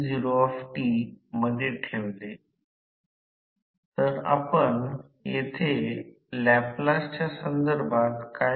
आणि Pm दिसेल की हे प्रत्येक टप्प्यात एक यांत्रिक उर्जा उत्पादन आहे म्हणूनच विभाजित 3 आपण नंतर पाहू